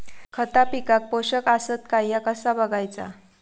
खता पिकाक पोषक आसत काय ह्या कसा बगायचा?